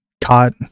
caught